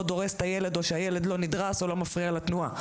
דורס את הילד או שהילד לא נדרס או לא מפריע לתנועה.